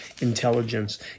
intelligence